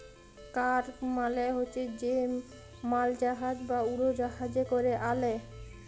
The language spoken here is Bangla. কার্গ মালে হছে যে মালজাহাজ বা উড়জাহাজে ক্যরে আলে